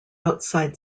outside